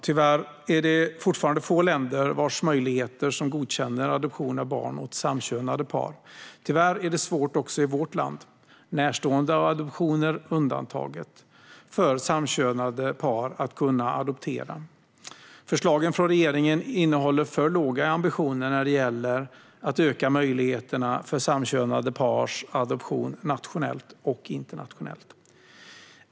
Tyvärr är det fortfarande få länder vars myndigheter godkänner att barn adopteras av samkönade par. Tyvärr är det svårt också i vårt land, närståendeadoptioner undantaget, för samkönade par att adoptera. Förslagen från regeringen innehåller för låga ambitioner när det gäller att öka möjligheterna för samkönade pars adoption nationellt och internationellt.